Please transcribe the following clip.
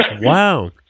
wow